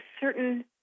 certain